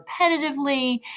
repetitively